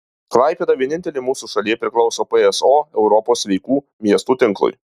klaipėda vienintelė mūsų šalyje priklauso pso europos sveikų miestų tinklui